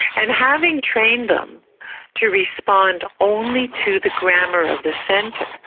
and having trained them to respond only to the grammar of the sentence,